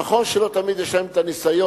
נכון שלא תמיד יש להם ניסיון,